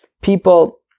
people